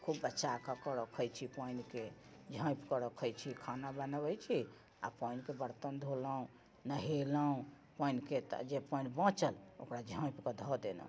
खूब बचाकऽ कऽ रखै छी पानिके झाँपिके रखै छी खाना बनबै छी आओर पानिके बर्तन धोलहुँ नहेलहुँ पानिके तऽ जे पानि बचल ओकरा झाँपिके धऽ देलहुँ